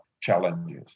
challenges